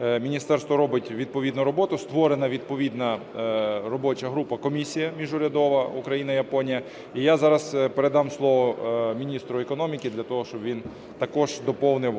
міністерство робить відповідну роботу, створена відповідна робоча група, комісія міжурядова "Україна-Японія", і я зараз передам слово міністру економіки для того, щоб він також доповнив